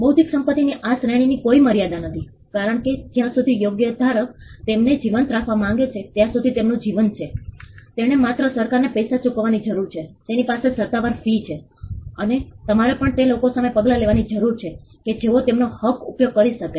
બૌદ્ધિક સંપત્તિની આ શ્રેણીની કોઈ મર્યાદા નથી કારણ કે જ્યાં સુધી યોગ્ય ધારક તેમને જીવંત રાખવા માંગે છે ત્યાં સુધી તેમનું જીવન છે તેણે માત્ર સરકારને પૈસા ચૂકવવાની જરૂર છે તેની પાસે સત્તાવાર ફી છે અને તમારે પણ તે લોકો સામે પગલાં લેવાની જરૂર છે કે જેઓ તેના હકનો ઉપયોગ કરી શકે